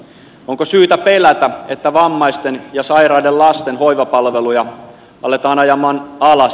onko syytä pelätä että vammaisten ja sairaiden lasten hoivapalveluja aletaan ajaa alas